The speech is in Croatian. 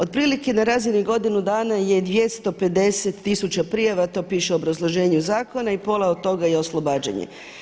Otprilike na razini godinu dana je 250 tisuća prijava, to piše u obrazloženju zakona i pola od toga je oslobađanje.